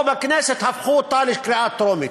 פה בכנסת, הפכו אותה לקריאה טרומית,